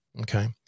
Okay